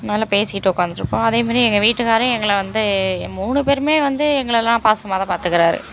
நல்லா பேசிக்கிட்டு உக்காந்துருப்போம் அதே மாதிரி எங்கள் வீட்டுக்காரரும் எங்களை வந்து மூணு பேருமே வந்து எங்களைலாம் பாசமாக தான் பார்த்துக்கறாரு